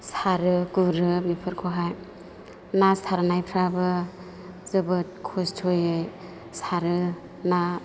सारो गुरो बेफोरखौहाय ना सारनायफोराबो जोबोद खस्थ'यै सारो ना